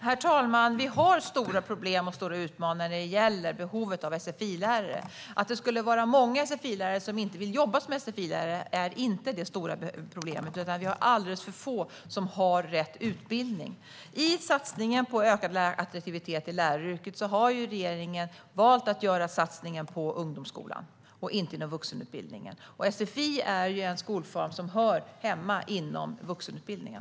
Herr talman! Vi har stora problem och stora utmaningar när det gäller behovet av sfi-lärare. Att det skulle vara många sfi-lärare som inte vill jobba som sfi-lärare är inte det stora problemet utan att vi har alldeles för få som har rätt utbildning. I satsningen på ökad attraktivitet i läraryrket har regeringen valt att satsa på ungdomsskolan och inte på vuxenutbildningen, och sfi är en skolform som hör hemma inom vuxenutbildningen.